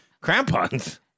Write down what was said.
Crampons